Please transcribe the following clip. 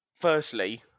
firstly